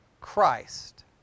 Christ